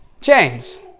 James